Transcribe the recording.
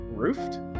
roofed